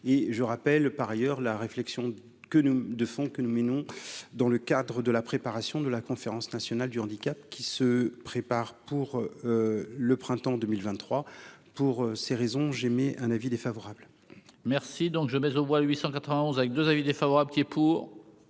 je rappelle, par ailleurs, la réflexion que nous de fond que nous menons dans le cadre de la préparation de la conférence nationale du handicap qui se prépare pour le printemps 2023 pour ces raisons, j'émets un avis défavorable. Merci donc je vais au bois 891 avec 2 avis défavorables. C'est pour